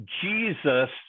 Jesus